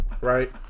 right